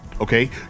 Okay